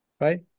right